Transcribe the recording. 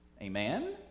Amen